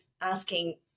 asking